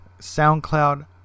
SoundCloud